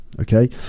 okay